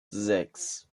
sechs